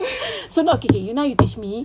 sebab K K now you teach me